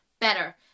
better